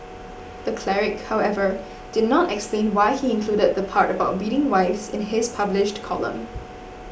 the cleric however did not explain why he included the part about beating wives in his published column